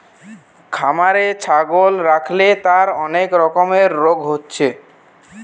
খামারে ছাগল রাখলে তার অনেক রকমের রোগ হচ্ছে